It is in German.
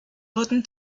wurden